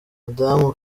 madamu